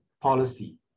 policy